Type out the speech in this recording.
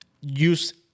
use